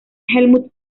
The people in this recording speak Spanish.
helmut